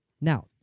Now